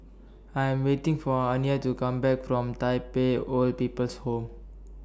I'm waiting For Aniya to Come Back from Tai Pei Old People's Home